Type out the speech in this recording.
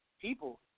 people